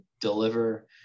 deliver